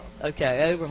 Okay